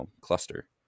cluster